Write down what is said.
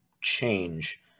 change